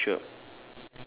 oh okay sure